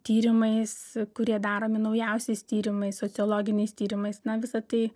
tyrimais kurie daromi naujausiais tyrimais sociologiniais tyrimais na visa tai